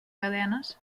cadenes